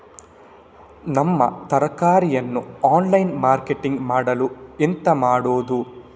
ನಮ್ಮ ತರಕಾರಿಯನ್ನು online marketing ಮಾಡಲು ಎಂತ ಮಾಡುದು?